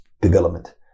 development